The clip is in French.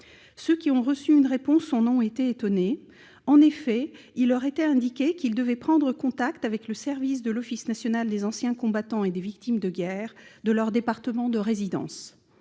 Ceux qui ont reçu une réponse en ont été étonnés. En effet, il leur était indiqué qu'ils devaient prendre contact avec le service de l'Office national des anciens combattants et victimes de guerre de leur département de résidence.